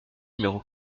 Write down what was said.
numéro